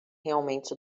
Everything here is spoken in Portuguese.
realmente